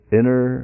inner